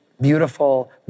beautiful